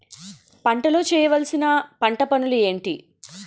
పంటలో చేయవలసిన పంటలు పనులు ఏంటి?